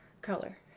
Color